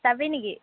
যাবি নেকি